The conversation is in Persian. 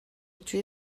توی